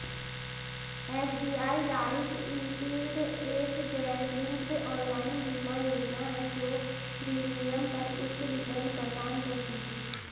SBI life e shield एक गैरलिंक्ड online बीमा योजना है जो प्रीमियम पर उच्च रिटर्न प्रदान करती है